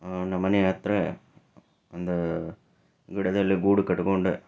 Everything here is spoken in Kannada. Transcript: ನಮ್ಮನೆ ಹತ್ತಿರ ಒಂದು ಗಿಡದಲ್ಲಿ ಗೂಡು ಕಟ್ಕೊಂಡು